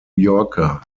yorker